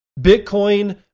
Bitcoin